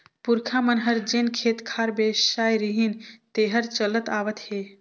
पूरखा मन हर जेन खेत खार बेसाय रिहिन तेहर चलत आवत हे